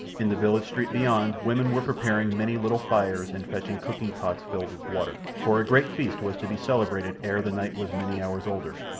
in the village street beyond women were preparing many little fires and fetching cooking-pots filled with water, for a great feast was to be celebrated ere the night was many hours older.